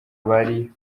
bari